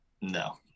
No